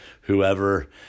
whoever